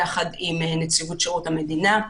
יחד עם נציבות שירות המדינה.